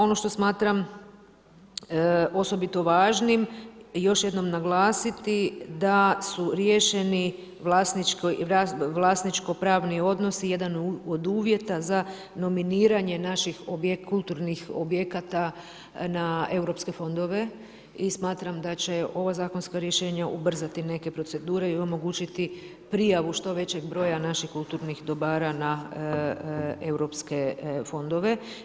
Ono što smatram osobito važnim, još jednom naglasiti da su riješeni vlasničko pravni odnosi, jedan od uvjeta za nominiranje naših kulturnih objekata na Europske fondove i smatram da će ova zakonska rješenja ubrzati neke procedure i omogućiti prijavu što većeg broja naših kulturnih dobara na europske fondove.